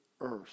earth